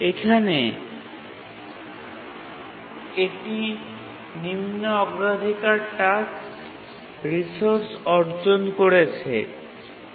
এখানে এটি নিম্ন অগ্রাধিকারের টাস্কটি রিসোর্স অর্জন করতে পারে